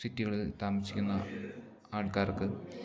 സിറ്റികളിൽ താമസിക്കുന്ന ആൾക്കാർക്ക്